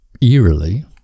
eerily